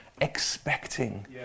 expecting